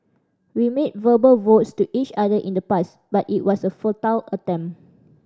we made verbal vows to each other in the past but it was a futile attempt